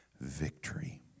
victory